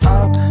up